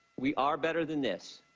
we are better than this.